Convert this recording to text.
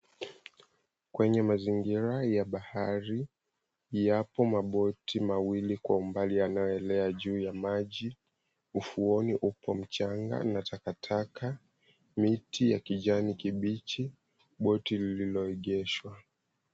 Kwenye mazingira ya bahari, yapo maboti mawili kwa umbali yanayoelea juu ya maji. Ufuoni upo mchanga na takataka, miti ya kijani kibichi, boti lililoegeshwa.